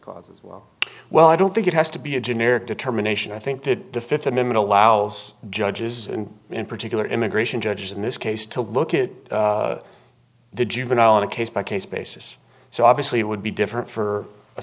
clause well i don't think it has to be a generic determination i think that the th amendment allows judges and in particular immigration judges in this case to look at the juvenile on a case by case basis so obviously it would be different for a